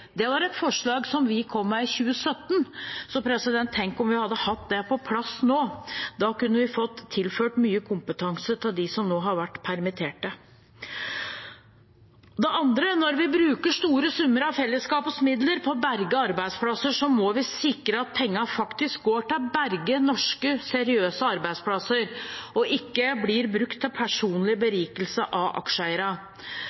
Det var et forslag som vi kom med i 2017. Tenk om vi hadde hatt det på plass nå – da kunne vi få tilført mye kompetanse til dem som nå har vært permittert. For det andre: Når vi bruker store summer av fellesskapets midler på å berge arbeidsplasser, må vi sikre at pengene faktisk går til å berge norske, seriøse arbeidsplasser og ikke blir brukt til personlig